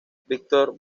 victor